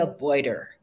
avoider